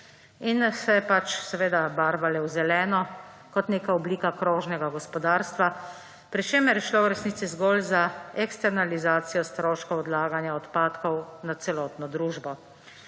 in se seveda barvale v zeleno, kot neka oblika krožnega gospodarstva, pri čemer je šlo v resnici zgolj za eksternalizacijo stroškov odlaganja odpadkov na celotno družbo